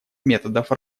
методов